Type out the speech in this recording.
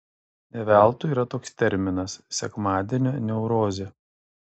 ne veltui yra toks terminas sekmadienio neurozė